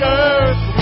earth